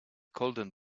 golden